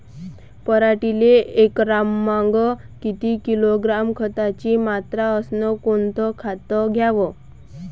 पराटीले एकरामागं किती किलोग्रॅम खताची मात्रा अस कोतं खात द्याव?